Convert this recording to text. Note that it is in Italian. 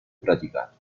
praticato